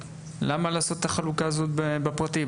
למה לעשות את החלוקה הזאת בפרטי?